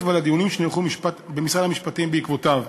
ועל הדיונים שנערכו במשרד המשפטים בעקבותיהן.